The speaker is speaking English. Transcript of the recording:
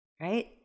right